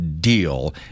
deal